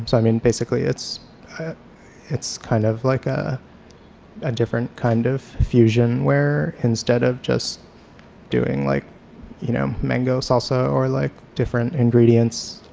i mean basically it's it's kind of like a ah different kind of fusion where instead of just doing like you know mango salsa or like different ingredients,